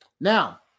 Now